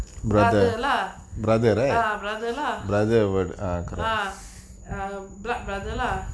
brother lah brother lah ah black brother lah